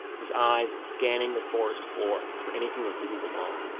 his eyes scanning the forest floor for anything that didn't belong